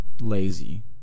lazy